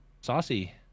saucy